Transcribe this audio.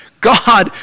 God